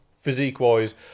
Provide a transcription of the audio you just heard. physique-wise